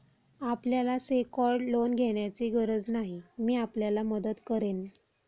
आपल्याला secured loan घेण्याची गरज नाही, मी आपल्याला मदत करेन